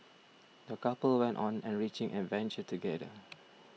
the couple went on enriching adventure together